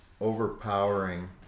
overpowering